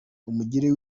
umugire